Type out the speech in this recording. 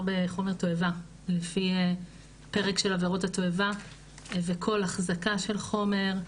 בחומר תועבה לפי פרק של עבירות התועבה וכל החזקה של חומר,